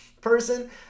person